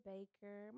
Baker